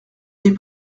des